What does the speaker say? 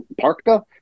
parka